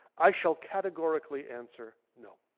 i shall categorically answer no.